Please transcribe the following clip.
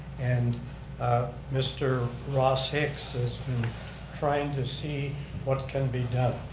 and mr. ross hicks has been trying to see what can be done.